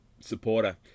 Supporter